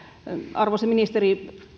arvoisa ministeri